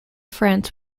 france